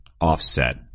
offset